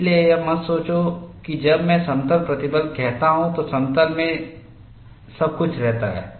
इसलिए यह मत सोचो कि जब मैं समतल प्रतिबल कहता हूं तो समतल में सब कुछ रहता है